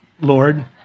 Lord